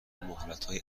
مهلتهای